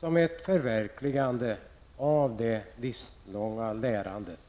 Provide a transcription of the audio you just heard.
som ett förverkligande av det livslånga lärandet.